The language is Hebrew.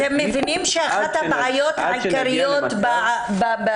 עד שנגיע --- אתם מבינים שאחת הבעיות העיקריות ברווחה